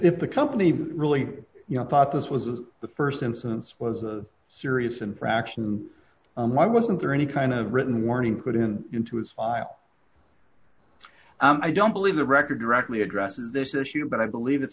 if the company really you know thought this was the st instance was a serious infraction why wasn't there any kind of written warning put in into his file and i don't believe the record directly addresses this issue but i believe it's